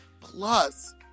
plus